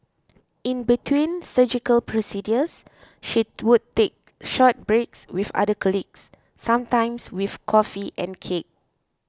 in between surgical procedures she would take short breaks with other colleagues sometimes with coffee and cake